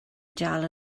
dal